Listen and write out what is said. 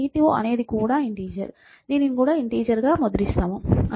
p0 అనేది కూడా integer దానిని ఇంటిజెర్ గా ముద్రించండి